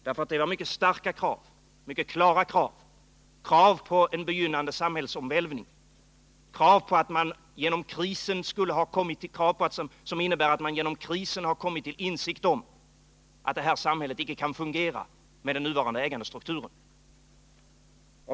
Det var mycket starka och klara krav — krav på en begynnande samhällsomvälvning, krav som visade att man till följd av krisen kommit till insikt om att det här samhället inte kan fungera med den nuvarande ägarstrukturen.